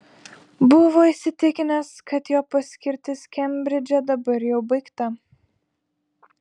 buvo įsitikinęs kad jo paskirtis kembridže dabar jau baigta